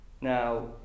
Now